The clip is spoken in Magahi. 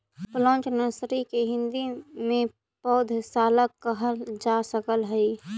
प्लांट नर्सरी के हिंदी में पौधशाला कहल जा सकऽ हइ